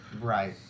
Right